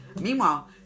Meanwhile